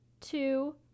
two